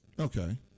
Okay